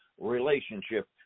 relationship